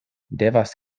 devas